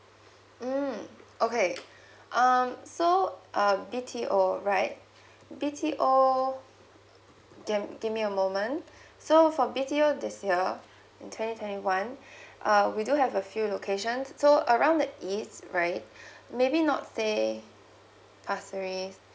mm okay um so uh B_T_O B_T_O can give me a moment so for B_T_O this year twenty twenty one uh we do have a few locations so around the east right maybe not stay passory